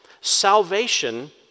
salvation